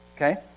Okay